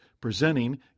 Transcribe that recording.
presenting